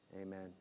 Amen